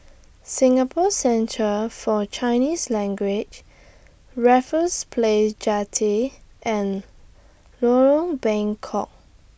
Singapore Centre For Chinese Language Raffles Place Jetty and Lorong Bengkok